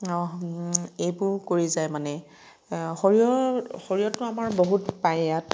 এইবোৰ কৰি যায় মানে সৰিয়হ সৰিয়হতো আমাৰ বহুত পায় ইয়াত